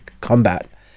combat